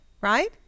right